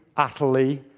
utterly,